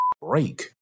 break